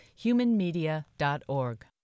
humanmedia.org